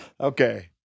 Okay